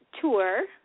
tour